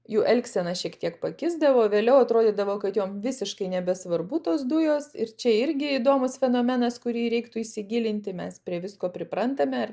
jų elgsena šiek tiek pakisdavo vėliau atrodydavo kad jom visiškai nebesvarbu tos dujos ir čia irgi įdomus fenomenas kurį reiktų įsigilinti mes prie visko priprantame